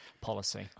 policy